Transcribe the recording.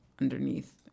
underneath